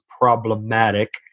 problematic